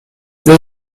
they